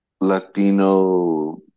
Latino